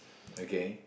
okay